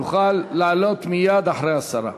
תוכל לעלות מייד אחרי השרה.